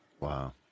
Wow